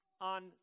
on